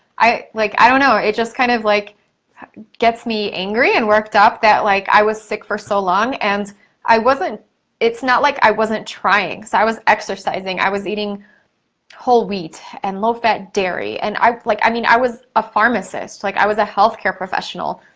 i like i don't know, it just kind of like gets me angry and worked up that like i was sick for so long, and it's not like i wasn't trying. so i was exercising, i was eating whole wheat, and low fat dairy, and i like i mean i was a pharmacist, like i was a health care professional,